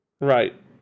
Right